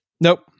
nope